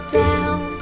down